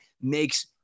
makes